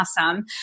awesome